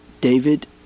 David